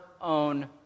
own